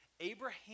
Abraham